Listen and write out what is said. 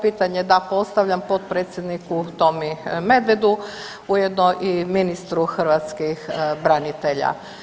Pitanje da postavljam potpredsjedniku Tomi Medvedu ujedno i ministru hrvatskih branitelja.